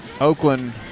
Oakland